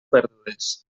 perdudes